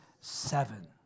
seven